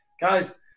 guys